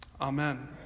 Amen